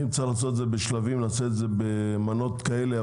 אם צריך לעשות את זה בשלבים נעשה את זה במנות כאלה,